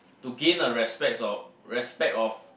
to gain a respects of respect of